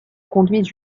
conduisent